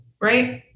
Right